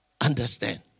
understand